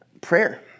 prayer